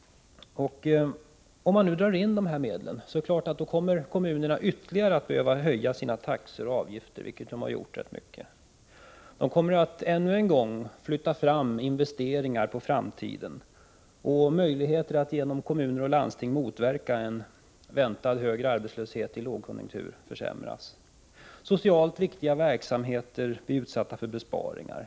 Om man nu drar in dessa medel, måste kommunerna naturligtvis ytterligare höja sina taxor och avgifter, vilket man redan nu har fått göra i stor utsträckning. Då måste man ännu en gång skjuta investeringarna på framtiden. Möjligheterna för kommuner och landsting att motverka en väntad högre arbetslöshet i lågkonjunktur försämras. Socialt viktiga verksamheter blir utsatta för besparingar.